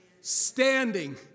Standing